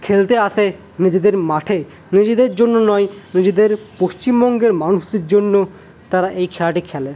খেলতে আসে নিজেদের মাঠে নিজেদের জন্য নয় নিজেদের পশ্চিমবঙ্গের মানুষদের জন্য তারা এই খেলাটি খেলে